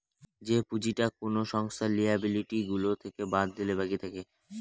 যে পুঁজিটা কোনো সংস্থার লিয়াবিলিটি গুলো থেকে বাদ দিলে বাকি থাকে